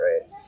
right